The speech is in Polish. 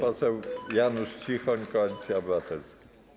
Pan poseł Janusz Cichoń, Koalicja Obywatelska.